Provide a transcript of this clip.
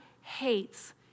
hates